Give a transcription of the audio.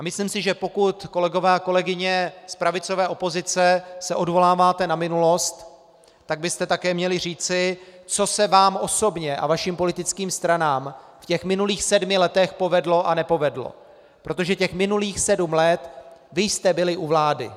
Myslím si, že pokud se, kolegové a kolegyně z pravicové opozice, odvoláváte na minulost, tak byste také měli říci, co se vám osobně a vašim politickým stranám v minulých sedmi letech povedlo a nepovedlo, protože minulých sedm let vy jste byli u vlády.